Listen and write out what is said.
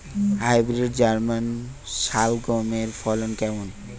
Hybrid German শালগম এর ফলন কেমন?